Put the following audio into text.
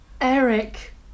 Eric